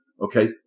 Okay